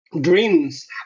dreams